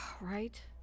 Right